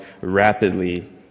rapidly